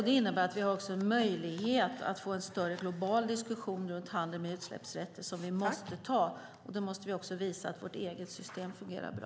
Det innebär att vi har en möjlighet att få en större global diskussion om handel med utsläppsrätter som vi måste ta. Då måste vi också visa att vårt eget system fungerar bra.